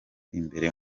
imbere